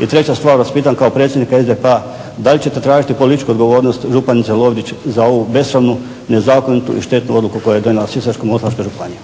I treća stvar vas pitam kao predsjednika SDP-a, da li ćete tražiti političku odgovornost županice Lovrić za ovu …/Ne razumije se./…, nezakonitu i štetnu odluku koju je donijela Sisačko-moslavačka županija.